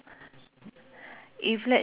!huh! what different